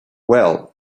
well